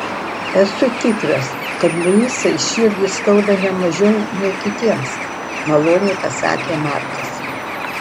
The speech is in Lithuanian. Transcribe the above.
esu tikras kad luisai širdį skauda ne mažiau nei kitiems maloniai pasakė markas